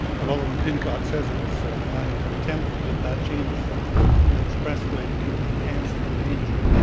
what alderman pincott says it was my attempt to get that changed from an expressway to an enhanced major,